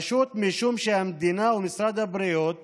פשוט משום שהמדינה ומשרד הבריאות